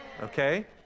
Okay